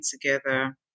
together